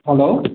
hello